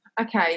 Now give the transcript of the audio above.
Okay